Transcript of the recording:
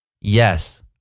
Yes